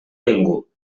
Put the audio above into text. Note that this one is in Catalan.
ningú